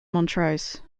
montrose